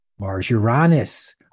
Mars-Uranus